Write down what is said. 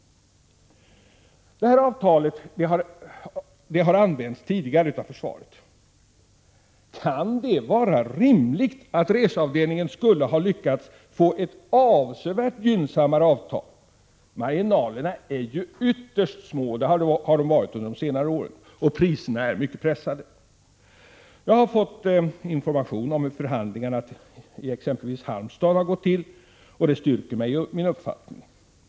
Detta avtal har tidigare använts av försvaret. Kan det vara möjligt att reseavdelningen har lyckats få ett avsevärt gynnsammare avtal? Marginalerna är ju ytterst små — det har de varit under de senaste åren — och priserna är mycket pressade. Jag har fått information om hur förhandlingar na i exempelvis Halmstad har gått till, och det styrker mig i min uppfattning.